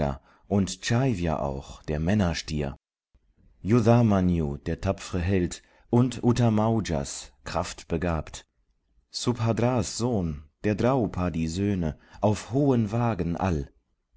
und ivya auch der männerstier yudhmanyu der tapfre held und uttamujas kraftbegabt subhadrs sohn der drupad söhne auf hohen wagen all